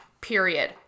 period